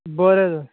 बरें तर